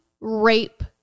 rape